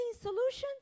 solutions